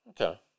Okay